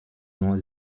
nur